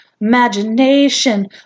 Imagination